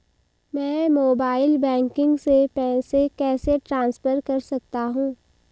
मैं mobile banking से पैसे कैसे ट्रांसफर कर सकता हूं?